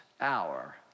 hour